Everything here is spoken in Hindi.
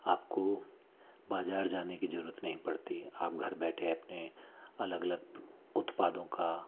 आप को बाज़ार जाने की ज़रूरत नहीं पड़ती आप घर बैठे अपने अलग अलग उत्पादों का